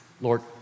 Lord